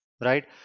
right